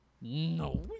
No